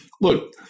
look